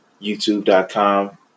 youtube.com